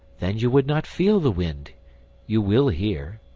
then you would not feel the wind you will here.